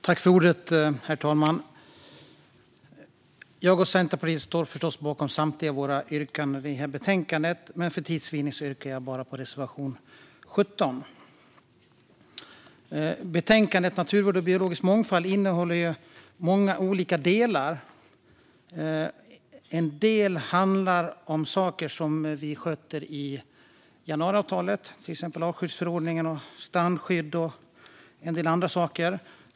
Herr talman! Jag och Centerpartiet står förstås bakom samtliga våra yrkanden i betänkandet, men för tids vinnande yrkar jag bifall till endast reservation 17. Betänkandet Naturvård och biologisk mångfald innehåller många olika delar. Några saker hanterar vi inom januariavtalet, till exempel artskyddsförordningen, strandskydd och en del andra saker.